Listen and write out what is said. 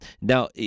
now